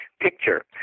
picture